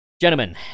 Gentlemen